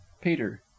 peter